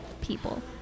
people